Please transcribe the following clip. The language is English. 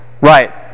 Right